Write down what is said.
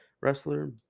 wrestler